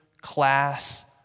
class